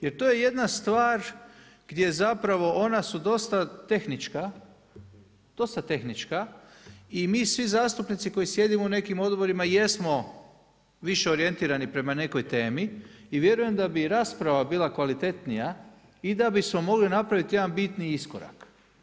Jer to je jedna stvar gdje zapravo ona su dosta tehnička, dosta tehnička i mi svi zastupnici koji sjedimo u nekim odborima i jesmo više orijentirani prema nekoj temi i vjerujem da bi rasprava bila kvalitetnija i da bismo mogli napraviti jedan bitniji iskorak.